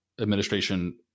administration